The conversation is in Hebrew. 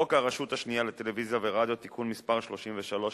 חוק הרשות השנייה לטלוויזיה ורדיו (תיקון מס' 33),